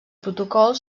protocol